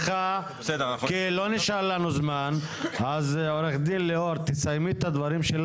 לא נשאר לנו זמן ואני רוצה לתת לה לסיים את דבריה.